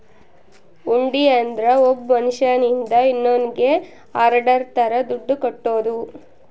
ಹುಂಡಿ ಅಂದ್ರ ಒಬ್ಬ ಮನ್ಶ್ಯನಿಂದ ಇನ್ನೋನ್ನಿಗೆ ಆರ್ಡರ್ ತರ ದುಡ್ಡು ಕಟ್ಟೋದು